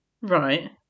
Right